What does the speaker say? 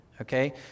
Okay